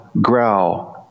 growl